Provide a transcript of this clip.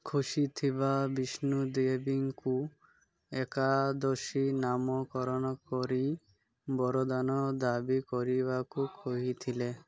ଖୁସି ଥିବା ବିଷ୍ଣୁ ଦେବୀଙ୍କୁ ଏକାଦଶୀ ନାମକରଣ କରି ବରଦାନ ଦାବି କରିବାକୁ କହିଥିଲେ